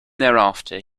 thereafter